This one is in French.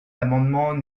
l’amendement